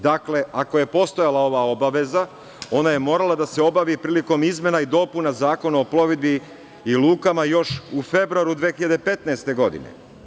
Dakle, ako je postojala ova obaveza, ona je morala da se obavi prilikom izmena i dopuna Zakona o plovidbi i lukama još u februaru 2015. godine.